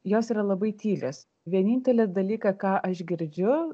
jos yra labai tylios vienintelį dalyką ką aš girdžiu